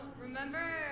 remember